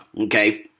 okay